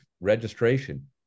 registration